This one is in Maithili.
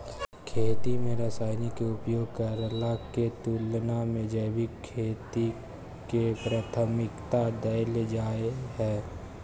खेती में रसायन के उपयोग करला के तुलना में जैविक खेती के प्राथमिकता दैल जाय हय